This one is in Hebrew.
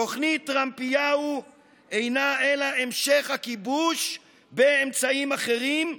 תוכנית טראמפיהו אינה אלא המשך הכיבוש באמצעים אחרים,